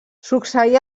succeí